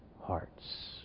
hearts